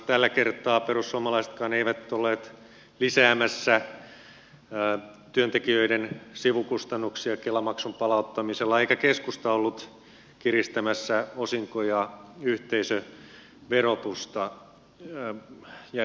tällä kertaa perussuomalaisetkaan eivät olleet lisäämässä työntekijöiden sivukustannuksia kela maksun palauttamisella eikä keskusta ollut kiristämässä osinko ja yhteisöverotusta